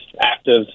active